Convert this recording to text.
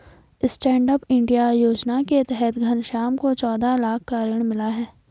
stand up India योजना के तहत घनश्याम को चौदह लाख का ऋण मिला है